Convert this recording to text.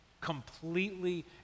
completely